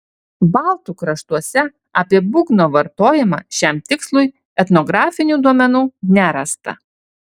baltų kraštuose apie būgno vartojimą šiam tikslui etnografinių duomenų nerasta